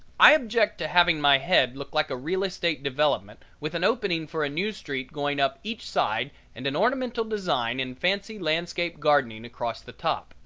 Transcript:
i object to having my head look like a real-estate development with an opening for a new street going up each side and an ornamental design in fancy landscape gardening across the top.